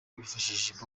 bifashishije